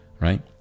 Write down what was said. right